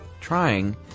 trying